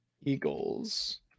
Eagles